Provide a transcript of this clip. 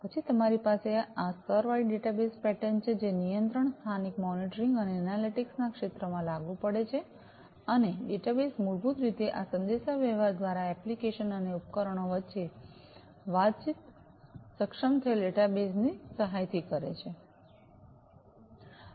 પછી તમારી પાસે સ્તરવાળી ડેટા બસ પેટર્ન છે જે નિયંત્રણ સ્થાનિક મોનિટરિંગ અને એનાલિટિક્સ ના ક્ષેત્રમાં લાગુ પડે છે અને ડેટાબેઝ મૂળભૂત રીતે આ સંદેશાવ્યવહાર દ્વારા એપ્લિકેશન અને ઉપકરણો વચ્ચે વાતચીત સક્ષમ થયેલ ડેટા બસ ની સહાયથી કરે છે